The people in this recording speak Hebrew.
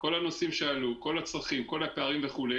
כל הנושאים שעלו, כל הצרכים, כל הפערים וכו'